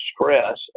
stress